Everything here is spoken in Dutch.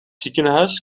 ziekenhuis